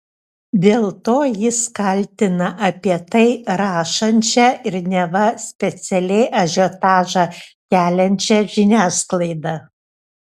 dėl to jis kaltina apie tai rašančią ir neva specialiai ažiotažą keliančią žiniasklaidą